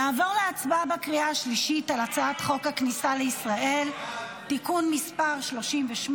נעבור להצבעה בקריאה השלישית על הצעת חוק הכניסה לישראל (תיקון מספר 38)